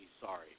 sorry